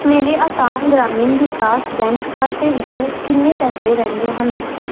ਮੇਰੇ ਅਸਾਮ ਗ੍ਰਾਮੀਣ ਵਿਕਾਸ ਬੈਂਕ ਖਾਤੇ ਵਿੱਚ ਕਿੰਨੇ ਪੈਸੇ ਰਹਿੰਦੇ ਹਨ